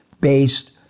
based